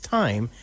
time